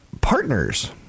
partners